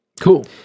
Cool